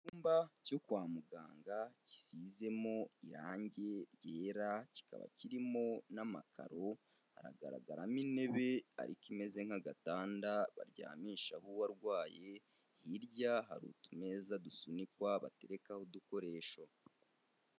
Icyumba cyo kwa muganga gisize mo irangi ryera kikaba kirimo n'amakaro, haragaragaramo intebe ariko imeze nk'agatanda baryamisha uwarwaye, hirya hari utune dusunikwa batereka udukoresho.